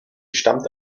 stammte